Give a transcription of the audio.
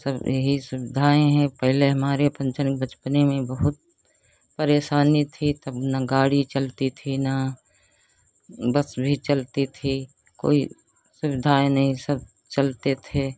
सब यही सुविधाएँ है पहले हमारे पंचर बचपने में बहुत परेशानी थी तब न गाड़ी चलती थी न बस भी चलती थी कोई सुविधाएँ नहीं सब चलते थे